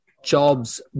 jobs